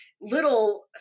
little